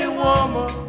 woman